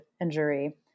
injury